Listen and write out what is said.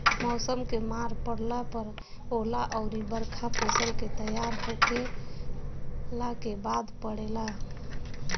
मौसम के मार पड़ला पर ओला अउर बरखा फसल के तैयार होखला के बाद पड़ेला